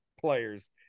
players